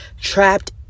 trapped